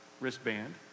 wristband